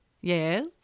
Yes